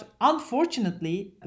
unfortunately